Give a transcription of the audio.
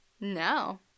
No